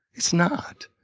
it's not.